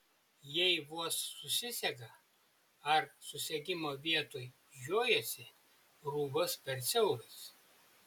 jei vos susisega ar susegimo vietoj žiojasi rūbas per siauras